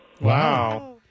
Wow